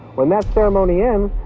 when that ceremony ends,